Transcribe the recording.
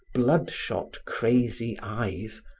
blood-shot crazy eyes,